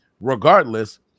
regardless